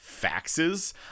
faxes